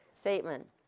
statement